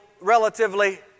relatively